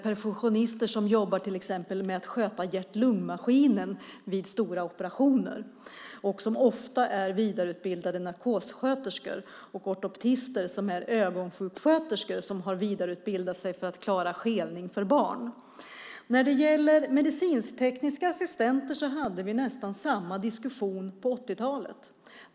Perfusionister jobbar till exempel med att sköta hjärt-lungmaskiner vid stora operationer och är ofta vidareutbildade narkossköterskor. Ortoptister är ögonsjuksköterskor som har vidareutbildat sig för att klara skelning hos barn. Vi hade nästan samma diskussion om medicinsk-tekniska assistenter på 80-talet.